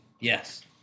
Yes